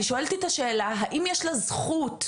אני שואלת את השאלה האם יש לה זכות,